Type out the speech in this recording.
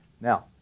Now